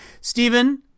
Stephen